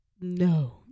No